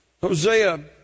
Hosea